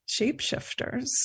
shapeshifters